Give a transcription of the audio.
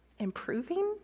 improving